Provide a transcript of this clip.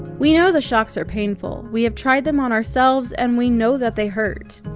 we know the shocks are painful. we have tried them on ourselves and we know that they hurt.